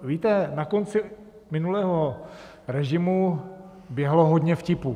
Víte, na konci minulého režimu běhalo hodně vtipů.